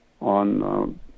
on